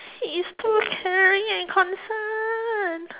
he is too caring and concerned